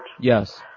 Yes